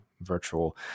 virtual